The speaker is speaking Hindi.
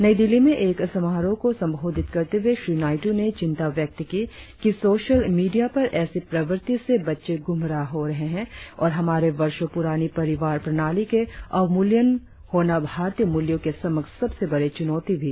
नई दिल्ली में एक समारोह को संबोधित करते हुए श्री नायडू ने चिंता व्यक्त की कि सोशल मीडिया पर ऐसी प्रवृति से बच्चे गुमराह हो रहे हैं और हमारी वर्षों पुरानी परिवार प्रणाली के अवमूल्यन होना भारतीय मूल्यों के समक्ष सबसे बड़ी चुनौती भी दिखती है